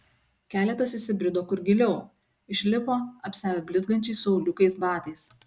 keletas įsibrido kur giliau išlipo apsiavę blizgančiais su auliukais batais